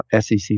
SEC